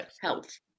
health